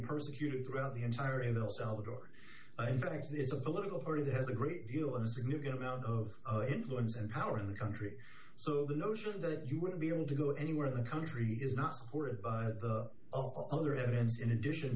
persecuted throughout the entire in themselves or in fact it's a political party that has a great deal of a significant amount of influence and power in the country so the notion that you wouldn't be able to go anywhere in the country is not supported by the other evidence in addition